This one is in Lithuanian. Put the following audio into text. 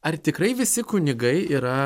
ar tikrai visi kunigai yra